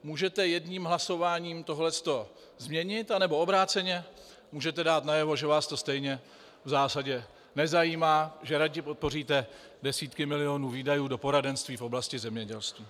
Můžete jedním hlasování tohle to změnit, anebo obráceně můžete dát najevo, že vás to stejně v zásadě nezajímá, že raději podpoříte desítky milionů výdajů do poradenství v oblasti zemědělství.